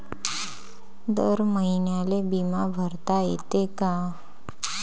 दर महिन्याले बिमा भरता येते का?